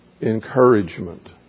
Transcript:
encouragement